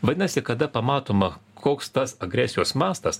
vadinasi kada pamatoma koks tas agresijos mastas